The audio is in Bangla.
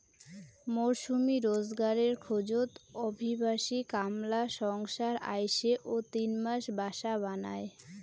মরসুমী রোজগারের খোঁজত অভিবাসী কামলা সংসার আইসে ও তিন মাস বাসা বানায়